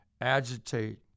agitate